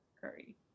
curry